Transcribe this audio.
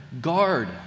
guard